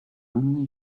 only